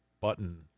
button